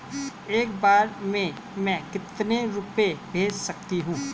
एक बार में मैं कितने रुपये भेज सकती हूँ?